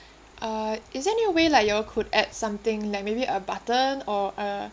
uh is there any way like you all could add something like maybe a button or a